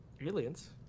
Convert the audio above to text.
aliens